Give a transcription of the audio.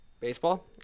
Baseball